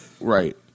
Right